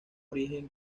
origen